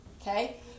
Okay